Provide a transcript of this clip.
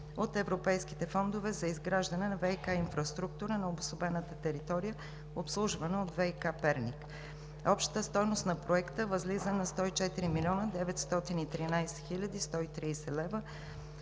от европейските фондове за изграждане на ВиК инфраструктура на обособената територия, обслужвана от ВиК – Перник. Общата стойност на проекта възлиза на 104 млн. 913 хил. 130 лв.,